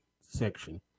section